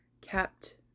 kept